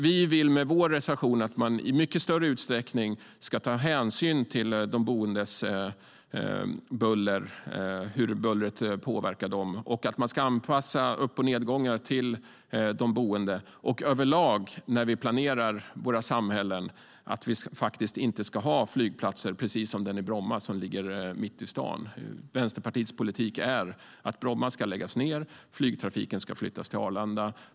Vi vill med vår reservation att man i mycket större utsträckning ska ta hänsyn till hur bullret påverkar de boende och anpassa upp och nedgångar till de boende. Över lag ska vi när vi planerar våra samhällen inte ha flygplatser, precis som den i Bromma, som ligger mitt i staden. Vänsterpartiets politik är att Bromma ska läggas ned och att flygtrafiken ska flyttas till Arlanda.